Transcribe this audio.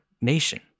nation